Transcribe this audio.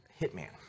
hitman